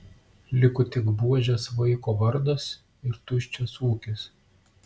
liko tik buožės vaiko vardas ir tuščias ūkis